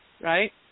right